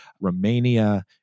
Romania